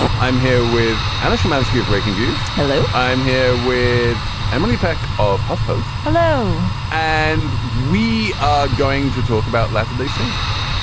i'm here with alicia matzke of breakingviews. hello. i'm here with emily peck of huffpost. hello. and we ah going to talk about latter-day saints.